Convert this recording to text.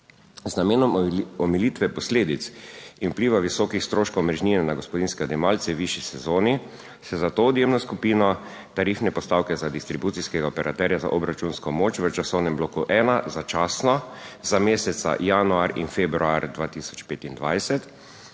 Z namenom omilitve posledic in vpliva visokih stroškov omrežnine na gospodinjske odjemalce v višji sezoni se za to odjemno skupino tarifne postavke za distribucijskega operaterja za obračunsko moč v časovnem bloku ena začasno za meseca januar in februar 2025